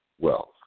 wealth